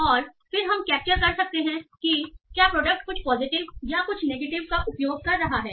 और फिर हम कैप्चर कर सकते हैं कि क्या प्रोडक्ट कुछ पॉजिटिव या कुछ नेगेटिव का उपयोग कर रहा है